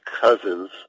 cousins